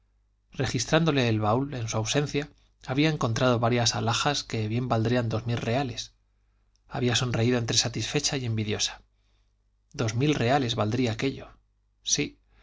doncella registrándole el baúl en su ausencia había encontrado varias alhajas que bien valdrían dos mil reales había sonreído entre satisfecha y envidiosa dos mil reales valdría aquello sí